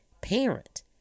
parent